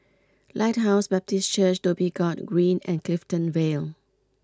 Lighthouse Baptist Church Dhoby Ghaut Green and Clifton Vale